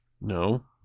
No